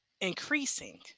increasing